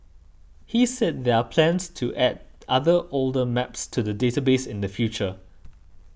he said there are plans to add other older maps to the database in the future